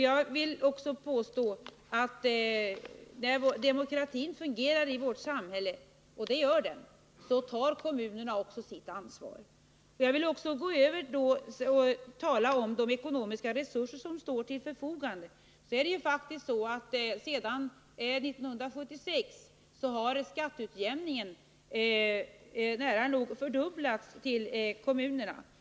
Jag vill påstå att demokratin fungerar i vårt samhälle, och kommunerna tar också sitt ansvar. Jag övergår därmed till att tala om de ekonomiska resurser som står till förfogande. Sedan 1976 har skatteutjämningsbidragen till kommunerna nära nog fördubblats.